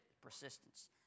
persistence